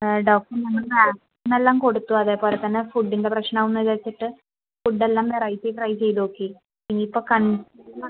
ഡോക്ടറെ മരുന്നെല്ലം കൊടുത്തു അതേപോലത്തന്നെ ഫുഡിൻ്റെ പ്രശ്നാവും വിചാരിച്ചിട്ട് ഫുഡെല്ലം വെറൈറ്റി ട്രൈ ചെയ്തു നോക്കി ഇനിയിപ്പോൾ കാ